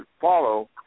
follow